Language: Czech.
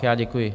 Já děkuji.